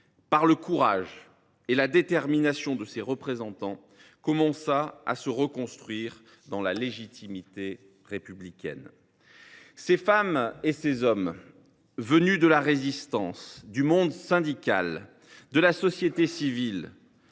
par le courage et la détermination de ses représentants, commença à se reconstruire dans la légitimité républicaine. Ces femmes et ces hommes venus de la Résistance, du monde syndical, de la société civile